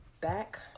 back